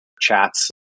chats